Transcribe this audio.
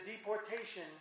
deportation